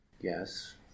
Yes